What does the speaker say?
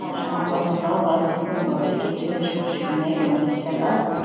Azonao hazavà va ty fomba fiketreha sôsy vinegra amy ty salady?